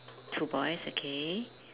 two boys okay